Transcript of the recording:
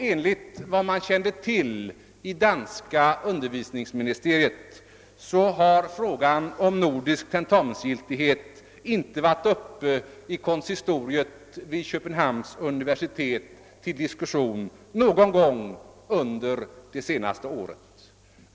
Enligt vad man kände till har frågan om nordisk tentamensgiltighet inte heller varit uppe till diskussion 1 konsistoriet vid Köpenhamns universitet någon gång under det senaste året.